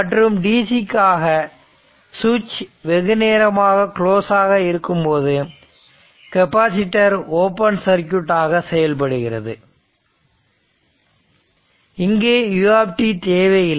மற்றும் DC க்காக சுவிட்ச் வெகுநேரமாக க்ளோஸ் ஆக இருக்கும்போது கெப்பாசிட்டர் ஓபன் சர்க்யூட் ஆக செயல்படுகிறது இங்கே u தேவையில்லை